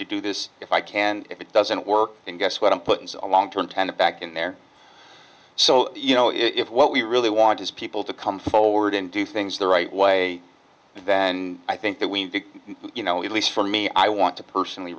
to do this if i can if it doesn't work and guess what i'm putting a long term tenant back in there so you know if what we really want is people to come forward and do things the right way and then i think that we you know at least for me i want to personally